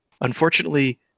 Unfortunately